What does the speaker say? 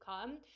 come